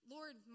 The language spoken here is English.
Lord